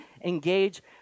engage